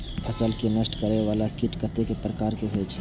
फसल के नष्ट करें वाला कीट कतेक प्रकार के होई छै?